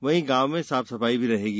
वहीं गांव में साफ सफाई भी रहेगी